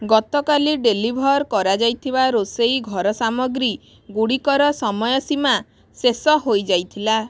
ଗତକାଲି ଡେଲିଭର୍ କରାଯାଇଥିବା ରୋଷେଇ ଘର ସାମଗ୍ରୀ ଗୁଡ଼ିକର ସମୟ ସୀମା ଶେଷ ହୋଇଯାଇଥିଲା